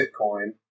Bitcoin